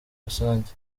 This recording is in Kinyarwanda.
rusange